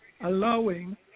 allowing